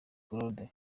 claude